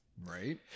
Right